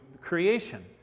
creation